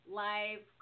live